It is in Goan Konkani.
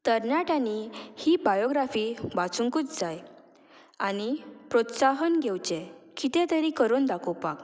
तरणाट्यांनी ही बायोग्राफी वाचुकूंच जाय आनी प्रोत्साहन घेवचें कितें तरी करून दाकोवपाक